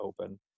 open